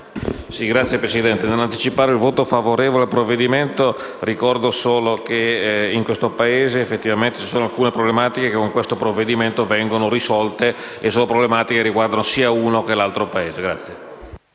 Signor Presidente, nell'anticipare il voto favorevole a questo provvedimento, ricordo solo che in questo Paese effettivamente esistono alcune problematiche che con questo provvedimento vengono risolte. Si tratta di problematiche che riguardano sia l'uno che l'altro Paese.